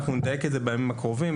אנחנו נדייק את זה בימים הקרובים,